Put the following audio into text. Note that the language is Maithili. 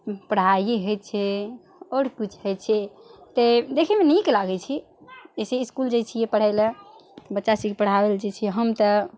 पढ़ाइये जे छै आओर किछु होइ छै तऽ देखयमे नीक लागय छै अइसे इसकुल जाइ छियै पढ़य लए बच्चा सबके पढ़ाबय जे छियै हम तऽ